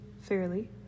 fairly